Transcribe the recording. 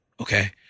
Okay